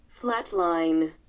flatline